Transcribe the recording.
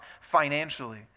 financially